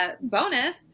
bonus